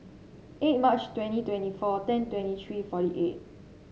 eight March twenty twenty four ten twenty three forty eight